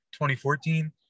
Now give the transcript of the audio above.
2014